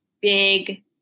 big